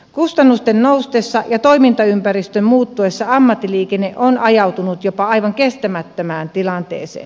kustannusten noustessa ja toimintaympäristön muuttuessa ammattiliikenne on ajautunut jopa aivan kestämättömään tilanteeseen